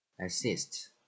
Assist